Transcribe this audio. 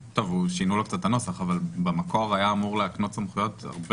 שינו לו קצת את הנוסח אבל במקור היה אמור להקנות סמכויות הרבה